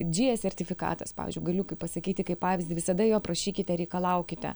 džije sertifikatas pavyzdžiui galiu kai pasakyti kaip pavyzdį visada jo prašykite reikalaukite